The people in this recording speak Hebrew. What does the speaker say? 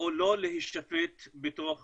או לא להישפט בתוך